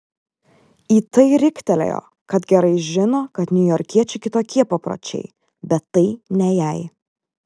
į tai riktelėjo kad gerai žino kad niujorkiečių kitokie papročiai bet tai ne jai